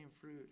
fruit